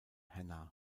hannah